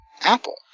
apple